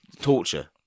torture